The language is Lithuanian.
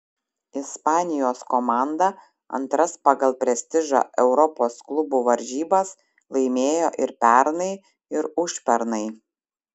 ispanijos komanda antras pagal prestižą europos klubų varžybas laimėjo ir pernai ir užpernai